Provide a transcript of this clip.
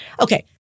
Okay